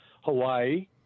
Hawaii